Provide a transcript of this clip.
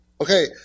Okay